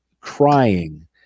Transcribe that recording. crying